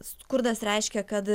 skurdas reiškia kad